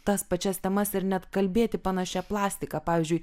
tas pačias temas ir net kalbėti panašia plastika pavyzdžiui